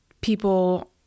people